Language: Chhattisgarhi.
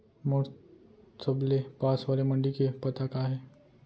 मोर सबले पास वाले मण्डी के पता का हे?